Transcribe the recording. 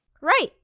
right